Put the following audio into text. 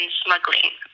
smuggling